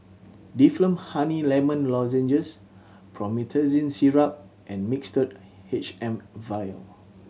Difflam Honey Lemon Lozenges Promethazine Syrup and Mixtard H M Vial